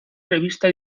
revista